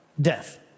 death